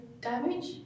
damage